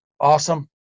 awesome